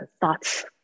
thoughts